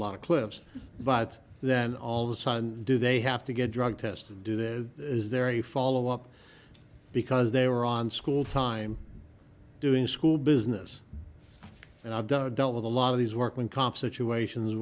lot of clips but then all of a sudden do they have to get drug tested do that is there any follow up because they were on school time doing school business and i've done dealt with a lot of these work when comp situations